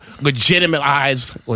legitimize